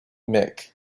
mick